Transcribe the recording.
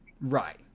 Right